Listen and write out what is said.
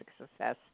success